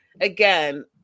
again